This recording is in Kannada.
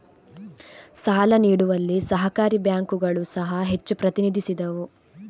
ಸಾಲ ನೀಡುವಲ್ಲಿ ಸಹಕಾರಿ ಬ್ಯಾಂಕುಗಳು ಸಹ ಹೆಚ್ಚು ಪ್ರತಿನಿಧಿಸಿದವು